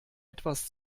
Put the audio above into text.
etwas